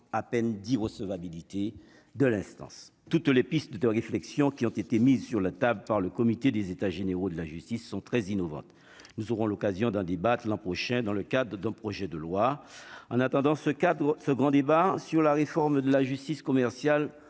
à peine 10 recevabilité de l'instance toutes les pistes de réflexion qui ont été mises sur la table par le comité des états généraux de la justice sont très innovantes, nous aurons l'occasion d'un débat que l'an prochain dans le cadre d'un projet de loi en attendant ce cadre ce grand débat sur la réforme de la justice commerciale